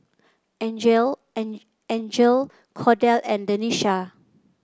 Angele An Angele Cordell and Denisha